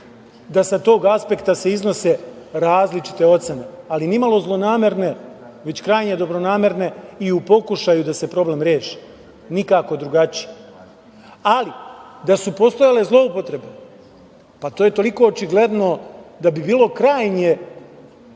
da sa tog aspekta se iznose različite ocene, ali ni malo zlonamerne, već krajnje dobronamerne i u pokušaju da se problem reši, nikako drugačije. Ali, da su postojale zloupotrebe, pa to je toliko očigledno, da bi bilo krajnje